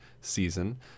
season